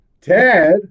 Ted